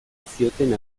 zioten